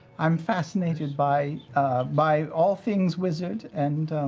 um fascinated by by all things wizard and